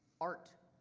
art,